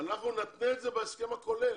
אנחנו נתנה את זה בהסכם הכולל,